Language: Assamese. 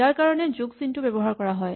ইয়াৰ কাৰণে যোগ চিনটো ব্যৱহাৰ কৰা হয়